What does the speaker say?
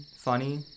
funny